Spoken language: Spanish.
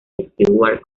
stewart